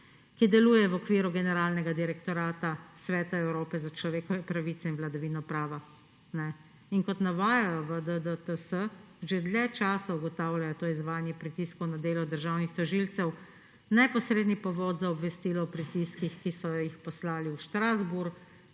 ki deluje v okviru Generalnega direktorata Sveta Evrope za človekove pravice in vladavino prava. Kot navajajo v DDTS, že dlje časa ugotavljajo to izvajanje pritiskov na delo državnih tožilcev, neposredni povod za obvestilo o pritiskih, ki so jih poslali v Strasbourg,